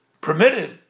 permitted